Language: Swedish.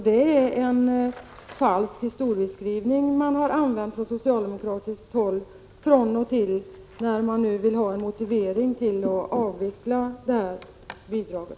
Det är en falsk historieskrivning som man använder från socialdemokratiskt håll från och till när man nu vill ha en motivering till att avveckla det här bidraget.